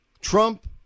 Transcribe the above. Trump